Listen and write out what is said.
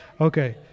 Okay